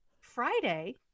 friday